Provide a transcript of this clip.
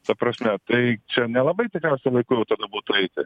ta prasme tai čia nelabai tikriausiai laiku būtų eiti